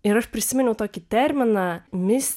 ir aš prisiminiau tokį terminą mis